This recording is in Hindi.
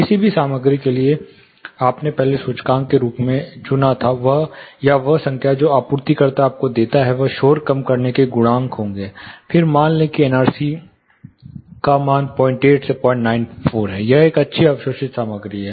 किसी भी सामग्री के लिए जिसे आपने पहले सूचकांक के रूप में चुना था या वह संख्या जो आपूर्तिकर्ता देता है वह शोर कम करने के गुणांक होंगे फिर मान लें कि NRC मान 08 094 है यह एक अच्छी अवशोषित सामग्री है